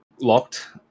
locked